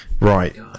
right